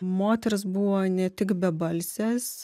moters buvo ne tik bebalsės